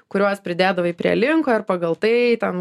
kuriuos pridėdavai prie linko ir pagal tai ten